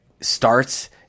starts